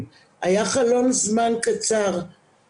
והתחושה היא שעדיין אין חלופה ראויה למנגנון התיאום.